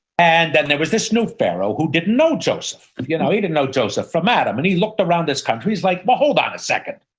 and then there was this new pharaoh who didn't know joseph. um he didn't know joseph from adam. and he looked around this country, he's like, well, hold on a second.